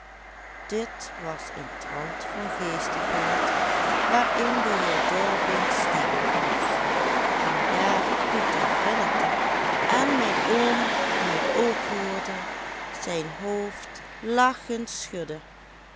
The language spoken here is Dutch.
dit was een trant van geestigheid waarin de heer dorbeen sterk was en daar pieter grinnikte en mijn oom die t ook hoorde zijn hoofd lachend schudde